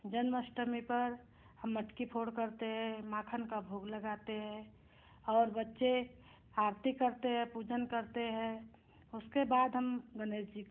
जन्माअष्टमी पर हम मटकी फोड़ करते हैं माखन का भोग लगाते हैं और बच्चे आरती करते हैं पूजन करते हैं उसके बाद हम गणेश जी